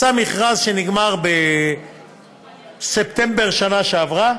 שעשה מכרז שנגמר בספטמבר בשנה שעברה.